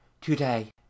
Today